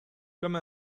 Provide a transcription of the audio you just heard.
comme